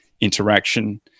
interaction